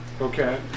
Okay